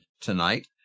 tonight